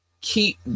keep